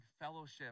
fellowship